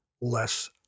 less